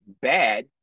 bad